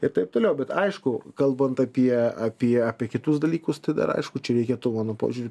ir taip toliau bet aišku kalbant apie apie apie kitus dalykus tai dar aišku čia reikėtų mano požiūriu